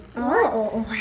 oh wow.